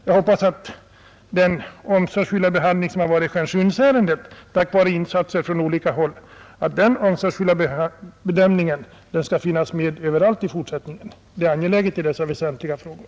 Jag hoppas att den omsorgsfulla behandling som skett av Stjärnsundsärendet, tack vare insatserna från olika håll, kommer att tillämpas överallt i fortsättningen. Det är angeläget i dessa väsentliga frågor.